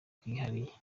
bwihariye